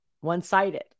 One-sided